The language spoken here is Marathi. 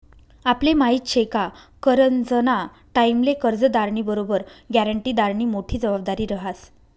आपले माहिती शे का करजंना टाईमले कर्जदारनी बरोबर ग्यारंटीदारनी मोठी जबाबदारी रहास